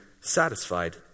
satisfied